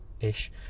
ish